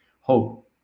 Hope